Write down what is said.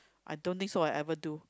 I don't think so I ever do